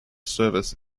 service